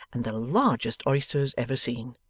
and the largest oysters, ever seen.